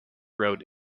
road